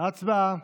הצבעה.